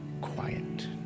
quiet